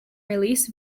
release